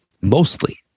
Mostly